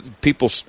people